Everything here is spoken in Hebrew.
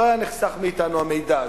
לא היה נחסך מאתנו המידע הזה.